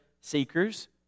seekers